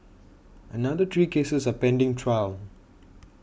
another three cases are pending trial